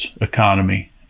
economy